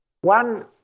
One